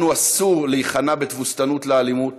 לנו אסור להיכנע בתבוסתנות לאלימות,